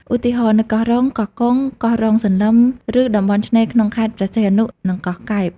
ឧទាហរណ៍ នៅកោះរ៉ុង កោះកុង កោះរុងសន្លឹម ឬតំបន់ឆ្នេរក្នុងខេត្តព្រះសីហនុ និងកោះកែប។